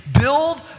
build